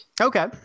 Okay